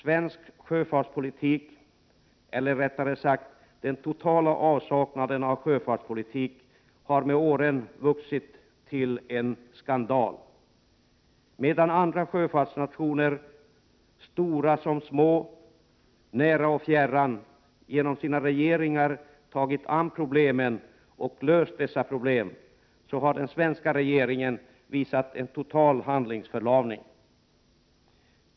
Svensk sjöfartspolitik, eller rättare sagt den totala avsaknaden av sjöfartspolitik, har med åren vuxit till en skandal. Medan andra sjöfartsnationer, stora som små, nära och fjärran, genom sina regeringar tagit sig an problemen och löst dem har den svenska regeringen visat en total handlingsförlamning.